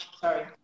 Sorry